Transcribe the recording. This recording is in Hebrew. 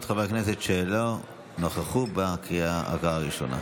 חברי הכנסת שלא נכחו בקריאה הראשונה.